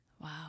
Wow